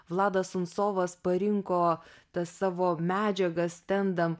vladas suncovas parinko tas savo medžiagas stendam